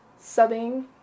subbing